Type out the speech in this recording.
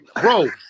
Bro